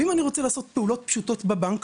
ואם אני רוצה לעשות פעולות פשוטות בבנק,